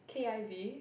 k_i_v